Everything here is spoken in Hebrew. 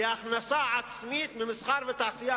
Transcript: להכנסה עצמית ממסחר ותעשייה,